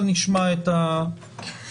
אבל נשמע את הדברים.